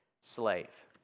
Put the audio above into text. slave